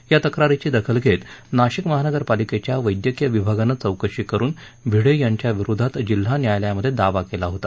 या तक्रारीची दखल घेत नाशिक महानगरपालिकेच्या वस्क्रीय विभागानं चौकशी करून भिडे यांच्या विरोधात जिल्हा न्यायालयामध्ये दावा दाखल केला आहे